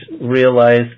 realize